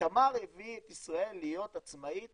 תמר הביא את ישראל להיות עצמאית